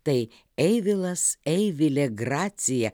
tai eivilas eivilė gracija